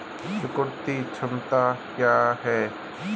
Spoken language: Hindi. चुकौती क्षमता क्या है?